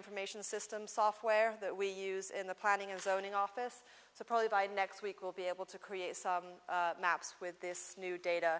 information systems software that we use in the planning and zoning office so probably by next week we'll be able to create maps with this new data